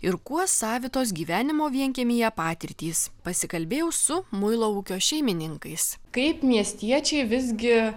ir kuo savitos gyvenimo vienkiemyje patirtys pasikalbėjau su muilo ūkio šeimininkais kaip miestiečiai visgi